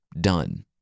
Done